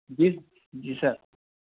جی جی سر